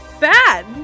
bad